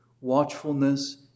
watchfulness